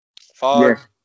Five